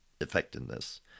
effectiveness